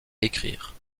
écrire